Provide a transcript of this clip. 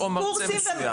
או מרצה מסוים?